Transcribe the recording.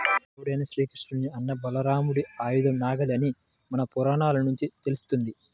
దేవుడైన శ్రీకృష్ణుని అన్న బలరాముడి ఆయుధం నాగలి అని మన పురాణాల నుంచి తెలుస్తంది